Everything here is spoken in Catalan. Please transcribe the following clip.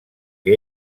que